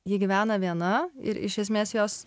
ji gyvena viena ir iš esmės jos